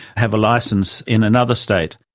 have a licence in another state.